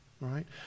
right